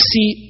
See